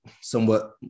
somewhat